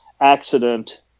accident